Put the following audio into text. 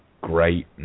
great